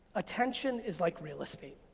attention is like real estate.